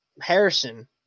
Harrison